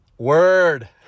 Word